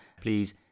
please